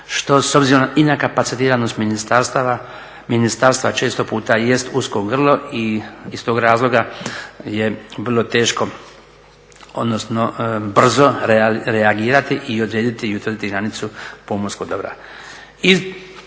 što s obzirom i na kapacitiranost ministarstva često puta jest usko grlo. I iz tog razloga je vrlo teško, odnosno brzo reagirati i odrediti i utvrditi granicu pomorskog dobra.